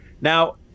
Now